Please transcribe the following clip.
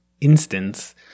instance